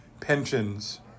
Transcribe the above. pensions